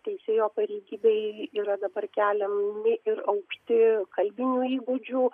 teisėjo pareigybei yra dabar keliami ir aukšti kalbinių įgūdžių